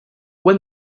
when